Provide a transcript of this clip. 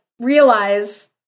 realize